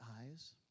eyes